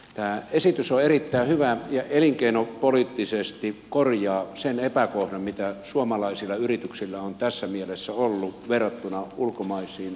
tämä esitys on erittäin hyvä ja elinkeinopoliittisesti korjaa sen epäkohdan mikä suomalaisilla yrityksillä on tässä mielessä ollut verrattuna ulkomaisiin kanssakilpailijoihin